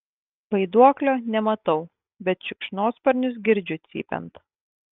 vaiduoklio nematau bet šikšnosparnius girdžiu cypiant